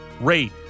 rate